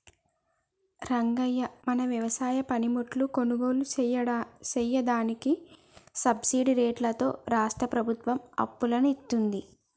రంగయ్య మన వ్యవసాయ పనిముట్లు కొనుగోలు సెయ్యదానికి సబ్బిడి రేట్లతో రాష్ట్రా ప్రభుత్వం అప్పులను ఇత్తుంది